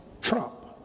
Trump